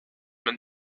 man